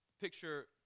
Picture